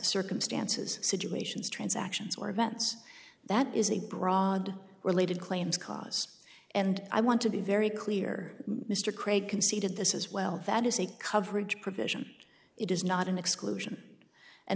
circumstances situations transactions or events that is a broad related claims cause and i want to be very clear mr craig conceded this as well that is a coverage provision it is not an exclusion and